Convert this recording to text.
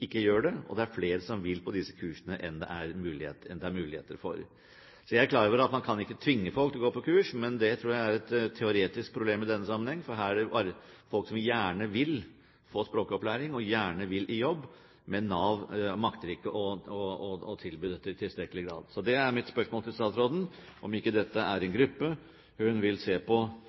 ikke gjør det, og det er flere som vil på disse kursene enn det er muligheter til. Jeg er klar over at man ikke kan tvinge folk til å gå på kurs, men det tror jeg er et teoretisk problem i denne sammenheng. Dette er folk som gjerne vil få språkopplæring, og som gjerne vil i jobb, men Nav makter ikke å tilby dette i tilstrekkelig grad. Så mitt spørsmål til statsråden er om ikke dette er en gruppe hun vil se på